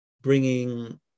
bringing